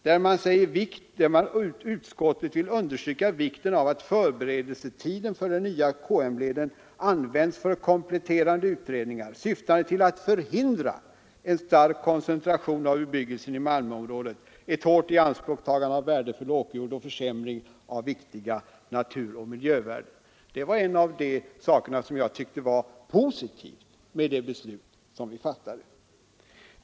Det anfördes då att utskottet ville ”understryka vikten av att förberedelsetiden för den nya KM-leden används för kompletterande utredningar syftande till att förhindra en stark koncentration av bebyggelsen i Malmöområdet, ett hårt ianspråktagande av värdefull åkerjord och försämring av viktiga naturoch miljövärden”. Det var en av de saker jag tyckte var positiva med det beslut som vi fattade.